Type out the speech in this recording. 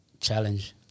Challenge